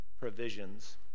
provisions